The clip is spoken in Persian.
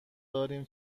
داریم